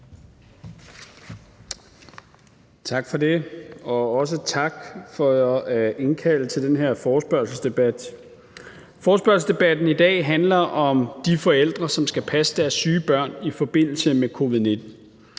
Tak for det. Og også tak for at indkalde til den her forespørgselsdebat. Forespørgselsdebatten i dag handler om de forældre, som skal passe deres syge børn i forbindelse med covid-19.